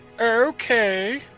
Okay